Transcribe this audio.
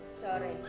Sorry